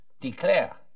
declare